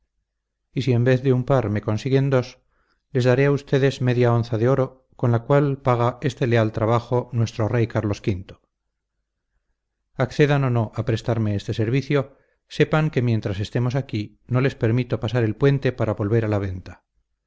y si en vez de un par me consiguen dos les daré a ustedes media onza de oro con la cual paga este leal trabajo nuestro rey carlos v accedan o no a prestarme este servicio sepan que mientras estemos aquí no les permito pasar el puente para volver a la venta